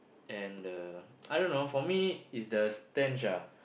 and the I don't know for me is the stench ah